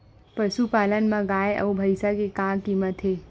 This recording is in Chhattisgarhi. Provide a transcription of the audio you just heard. पशुपालन मा गाय अउ भंइसा के का कीमत हे?